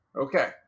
okay